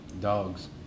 Dogs